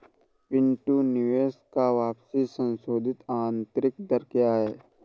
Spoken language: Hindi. पिंटू निवेश का वापसी संशोधित आंतरिक दर क्या है?